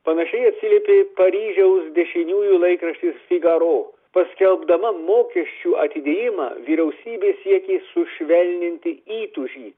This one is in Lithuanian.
panašiai atsiliepė paryžiaus dešiniųjų laikraštis figaro paskelbdama mokesčių atidėjimą vyriausybė siekė sušvelninti įtūžį